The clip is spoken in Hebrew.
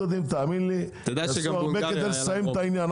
תאמין לי ששני הצדדים יעשו הרבה כדי לסיים את העניין.